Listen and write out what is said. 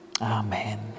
amen